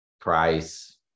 price